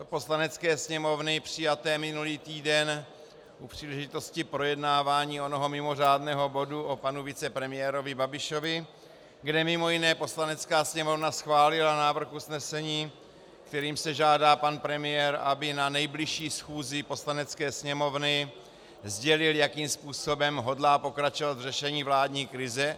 Poslanecké sněmovny přijaté minulý týden u příležitosti projednávání onoho mimořádného bodu o panu vicepremiérovi Babišovi, kde mimo jiné Poslanecká sněmovna schválila návrh usnesení, kterým se žádá pan premiér, aby na nejbližší schůzi Poslanecké sněmovny sdělil, jakým způsobem hodlá pokračovat v řešení vládní krize.